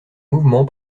mouvement